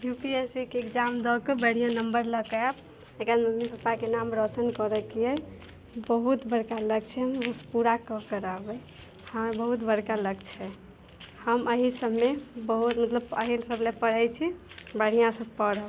U P S C के exam दऽ कऽ बढ़िआँ नम्बर लऽ कऽ आयब किएक कि मम्मी पपाके नाम रौशन करऽके अइ बहुत बड़का लक्ष्य अइ पूरा कऽ कऽ रहबै हाँ बहुत बड़का लक्ष्य अइ हम अहि सभमे बहुत मतलब अहि सभ लए पढ़ै छी बढ़िआँसँ पढ़ब